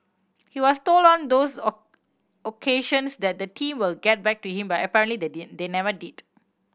he was told on those occasions that the team will get back to him but apparently they did they never did